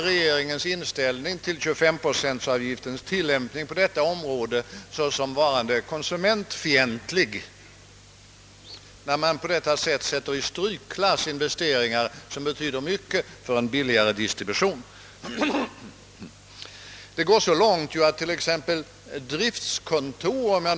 Regeringens inställning till den 25-procentiga avgiftens tillämpning på detta område måste jag beteckna såsom konsumentfientlig, då investeringar som betyder mycket för en billigare distribution på detta sätt placeras i strykklass.